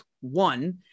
one